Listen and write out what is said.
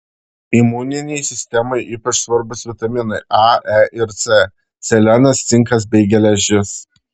imuninei sistemai ypač svarbūs vitaminai a e ir c selenas cinkas bei geležis